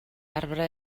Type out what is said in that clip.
arbre